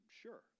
Sure